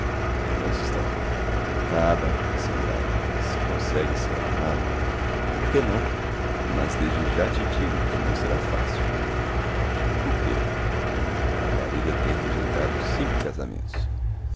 consigo mendonça estacou acaba disse andrade se consegues ser amado por que não mas desde já te digo que não será fácil por quê margarida tem rejeitado cinco casamentos